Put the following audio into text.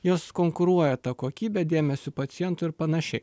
jos konkuruoja kokybe dėmesiu pacientui ir panašiai